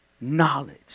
knowledge